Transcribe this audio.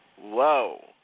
Whoa